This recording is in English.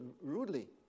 rudely